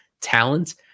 talent